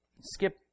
Skip